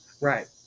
Right